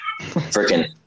freaking